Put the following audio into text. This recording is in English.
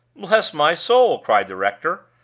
bless my soul! cried the rector,